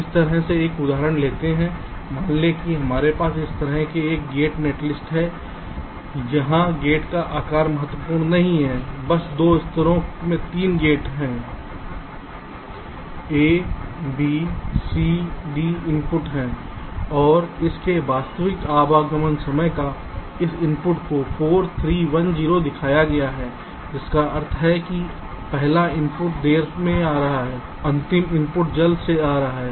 इस तरह से एक उदाहरण लेते हैं मान लें कि हमारे पास इस तरह से एक गेट नेटलिस्ट है यहां गेट का प्रकार महत्वपूर्ण नहीं है बस 2 स्तरों में 3 गेट हैं a b c d input हैं और इस के वास्तविक आगमन का समय इस इनपुट को 4 3 1 0 दिखाया गया है जिसका अर्थ है कि पहला इनपुट देर से आ रहा है अंतिम इनपुट जल्द से जल्द आ रहा है